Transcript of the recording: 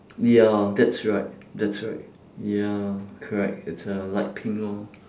ya that's right that's right ya correct it's a light pink lor